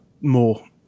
more